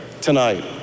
tonight